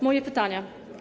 Moje pytania.